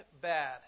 bad